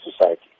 society